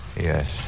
Yes